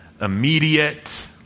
immediate